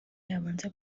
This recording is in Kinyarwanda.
yabanza